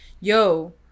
yo